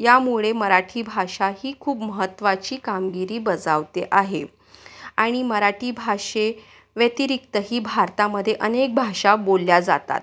यामुळे मराठी भाषा ही खूप महत्त्वाची कामगिरी बजावते आहे आणि मराठी भाषेव्यतिरिक्तही भारतामध्ये अनेक भाषा बोलल्या जातात